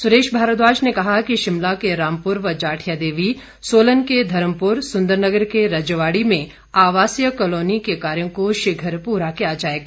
सुरेश भारद्वाज ने कहा कि शिमला के रामपुर व जाठिया देवी सोलन के धर्मपुर सुंदरनगर के रजवाड़ी में आवासीय कॉलोनी के कार्यो को शीघ्र पूरा किया जाएगा